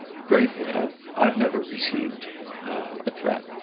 gratefully i've i've never received a threat